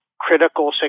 critical